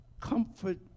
comfort